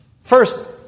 First